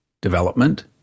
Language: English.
development